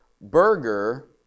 burger